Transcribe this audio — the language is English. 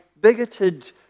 bigoted